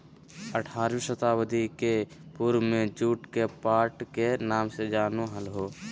आठारहवीं शताब्दी के पूर्व में जुट के पाट के नाम से जानो हल्हो